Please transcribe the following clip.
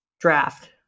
draft